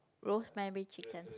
rosemary chicken